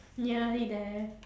nearly there